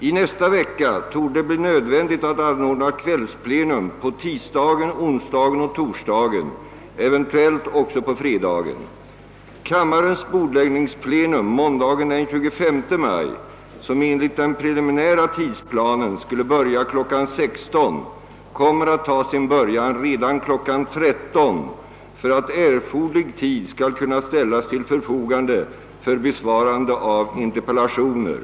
I nästa vecka torde det bli nödvändigt att anordna kvällsplena på tisdagen, måndagen den 25 maj, som enligt den preliminära tidsplanen skulle börja kl. 16.00, kommer att ta sin början redan kl. 13.00 för att erforderlig tid skall kunna ställas till förfogande för besvarande av interpellationer.